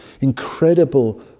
incredible